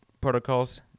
protocols